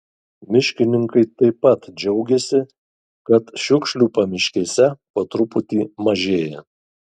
miškininkai taip pat džiaugiasi kad šiukšlių pamiškėse po truputį mažėja